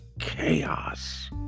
chaos